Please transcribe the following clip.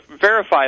verify